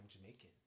Jamaican